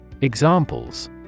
Examples